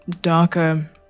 darker